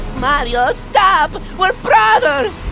mario stop! we're brothers!